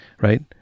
right